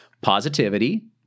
positivity